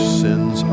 sins